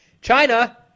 China